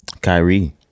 Kyrie